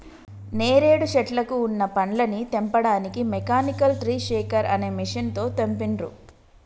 నేరేడు శెట్లకు వున్న పండ్లని తెంపడానికి మెకానికల్ ట్రీ షేకర్ అనే మెషిన్ తో తెంపిండ్రు